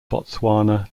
botswana